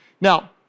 Now